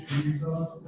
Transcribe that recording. Jesus